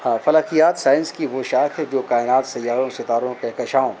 ہاں فلکیات سائنس کی وہ شاخ ہے جو کائنات سیاروں ستاروں کہکشاؤں